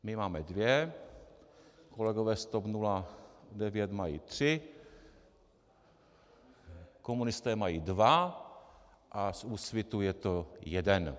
My máme dvě, kolegové z TOP 09 mají tři, komunisté mají dva a z Úsvitu je to jeden.